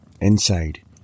Inside